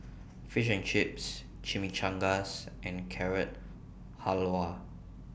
Fish and Chips Chimichangas and Carrot Halwa